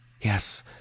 Yes